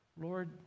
Lord